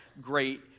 great